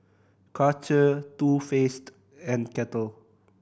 Karcher Too Faced and Kettle